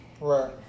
Right